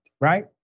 right